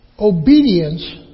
Obedience